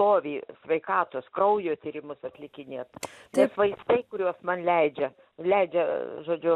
stovį sveikatos kraujo tyrimus atlikinėt nes vaistai kuriuos man leidžia leidžia žodžiu